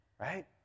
right